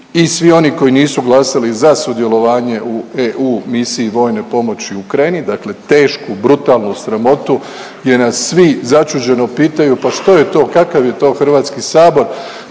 i svi oni koji nisu glasali za sudjelovanje u EU misiji vojne pomoći Ukrajini, dakle tešku brutalnu sramotu gdje nas svi začuđeno pitaju pa što je to, kakav je to Hrvatski sabor,